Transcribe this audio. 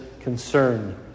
concern